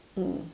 mm